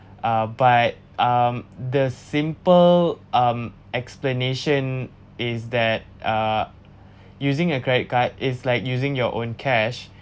uh but um the simple um explanation is that uh using a credit card is like using your own cash